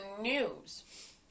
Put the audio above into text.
news